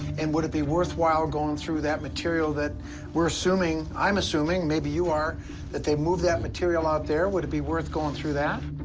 and would it be worthwhile going though that material that we're assuming i'm assuming, maybe you are that they moved that material out there would it be worth going through that?